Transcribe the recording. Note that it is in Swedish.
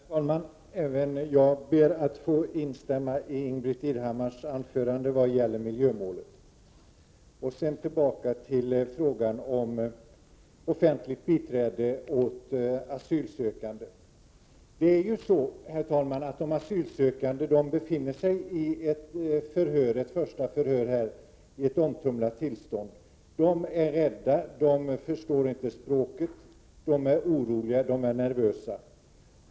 Herr talman! Även jag ber att få instämma i Ingbritt Irhammars anförande vad gäller miljömålen. Jag vill gå tillbaka till frågan om offentligt biträde åt asylsökande. De asylsökande befinner sig vid det första förhöret i ett omtumlat tillstånd. Det är rädda, förstår inte språket, är oroliga och nervösa.